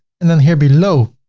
and then here below.